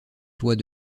toits